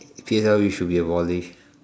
P_S_L_E should be abolished